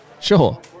Sure